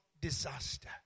disaster